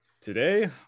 Today